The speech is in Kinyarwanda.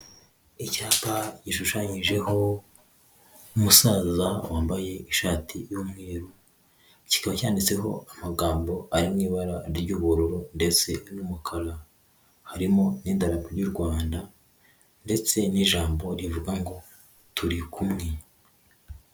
Icyapa gishushanyijeho umusaza wambaye ishati y'umweru, kikaba cyanditseho amagambo ari mu ibara ry'ubururu ndetse n'umukara, harimo n'idarapo ry'u Rwanda ndetse n'ijambo rivuga ngo turi kumwe.